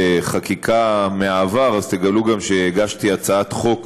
בחקיקה מהעבר אז תגלו גם שהגשתי הצעת חוק